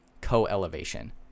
co-elevation